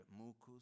mucus